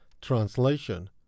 translation